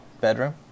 bedroom